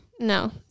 No